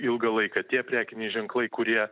ilgą laiką tie prekiniai ženklai kurie